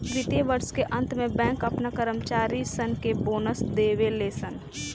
वित्तीय वर्ष के अंत में बैंक अपना कर्मचारी सन के बोनस देवे ले सन